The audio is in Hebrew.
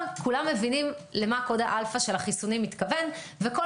- כולם מבינים למה קוד האלפא של החיסונים מתכוון וכל